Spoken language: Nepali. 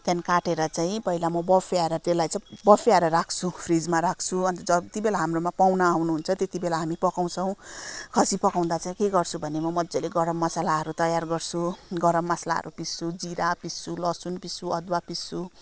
त्यहाँदेखि काटेर चाहिँ पहिला म बफ्याएर त्यसलाई चाहिँ बफ्याएर राख्छु फ्रिजमा राख्छु अन्त जति बेला हाम्रोमा पाहुना आउनुहुन्छ त्यति बेला हामी पकाउँछौँ खसी पकाउँदा चाहिँ के गर्छु भने मज्जाले गरम मसालाहरू तयार गर्छु गरम मसालाहरू पिस्छु जिरा पिस्छु लसुन पिस्छु अदुवा पिस्छु